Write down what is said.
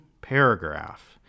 paragraph